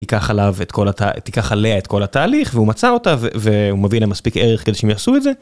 תיקח עליו את כל, תיקח עליה את כל התהליך והוא מצא אותה והוא מבין על מספיק ערך כדי שהם יעשו את זה